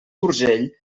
urgell